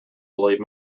believe